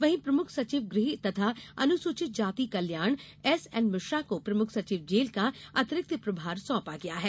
वहीं प्रमुख सचिव गृह तथा अनुसूचित जाति कल्याण एस एन मिश्रा को प्रमुख सचिव जेल का अतिरिक्त प्रभार सौंपा गया है